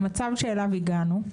במצב שאליו הגענו,